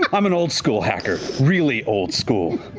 um i'm an old-school hacker, really old school.